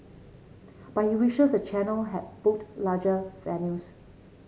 but he wishes the channel had booked larger venues